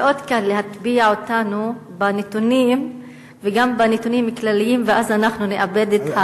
מאוד קל להטביע אותנו בנתונים וגם בנתונים כלליים ואז אנחנו נאבד את,